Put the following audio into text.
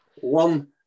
One